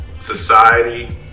society